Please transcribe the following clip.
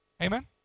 Amen